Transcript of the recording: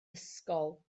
ysgol